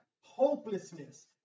hopelessness